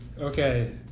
Okay